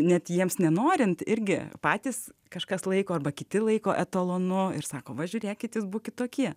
net jiems nenorint irgi patys kažkas laiko arba kiti laiko etalonu ir sako va žiūrėkit jis buvo kitokie